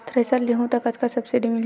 Thresher लेहूं त कतका सब्सिडी मिलही?